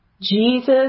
Jesus